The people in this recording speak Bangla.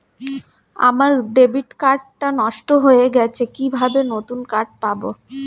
আমার ডেবিট কার্ড টা নষ্ট হয়ে গেছে কিভাবে নতুন কার্ড পাব?